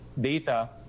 data